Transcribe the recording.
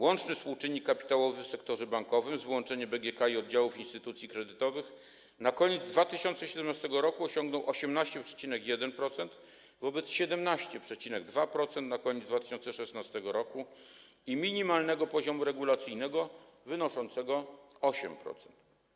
Łączny współczynnik kapitałowy w sektorze bankowym, z wyłączeniem BGK i oddziałów instytucji kredytowych, na koniec 2017 r. osiągnął 18,1%, wobec 17,2% na koniec 2016 r. i minimalnego poziomu regulacyjnego wynoszącego 8%.